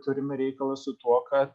turime reikalą su tuo kad